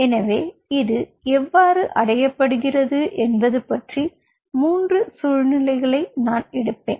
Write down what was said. எனவே இது எவ்வாறு அடையப்படுகிறது என்பது பற்றி 3 சூழ்நிலைகளை நான் எடுப்பேன்